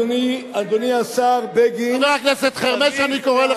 אדוני השר בגין,